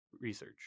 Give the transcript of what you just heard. Research